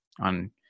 on